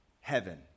heaven